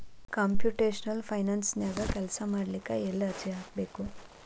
Computational ಫೈನಾನ್ಸನ್ಯಾಗ ಕೆಲ್ಸಾಮಾಡ್ಲಿಕ್ಕೆ ಎಲ್ಲೆ ಅರ್ಜಿ ಹಾಕ್ಬೇಕು?